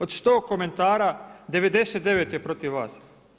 Od 100 komentara 99 je protiv vas.